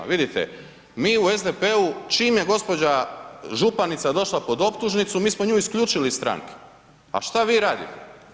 Vidite, mi u SDP-u čim je gđa. županica došla pod optužnicu, mi smo nju isključili iz stranke, a šta vi radite?